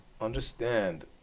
Understand